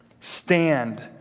Stand